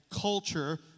culture